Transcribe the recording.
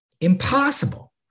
impossible